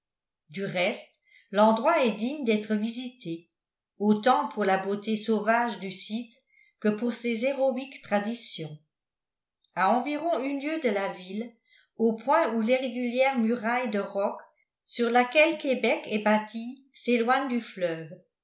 du reste l'endroit est digne d'être visité autant pour la beauté sauvage du site que pour ses héroïques traditions a environ une lieue de la ville au point où l'irrégulière muraille de roc sur laquelle québec est bâtie s'éloigne du fleuve